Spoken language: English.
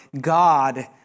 God